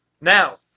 Now